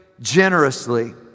generously